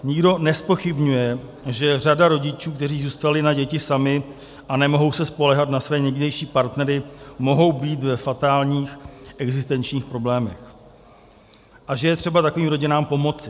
Nikdo nezpochybňuje, že řada rodičů, kteří zůstali na děti sami a nemohou se spoléhat na své někdejší partnery, může být ve fatálních existenčních problémech a že je třeba takovým rodinám pomoci.